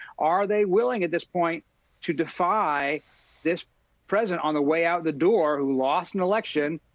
are they willing at this point to defy this president on the way out the door who lost an election,